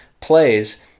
plays